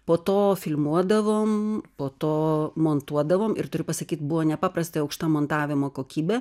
po to filmuodavom po to montuodavom ir turiu pasakyt buvo nepaprastai aukšta montavimo kokybė